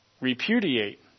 repudiate